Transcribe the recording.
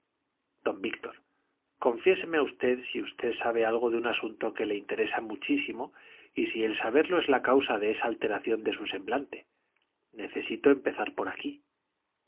don víctor confiéseme usted si usted sabe algo de un asunto que le interesa muchísimo y si el saberlo es la causa de esa alteración de su semblante necesito empezar por aquí